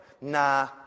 Nah